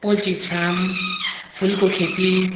poultry farm फुलको खेती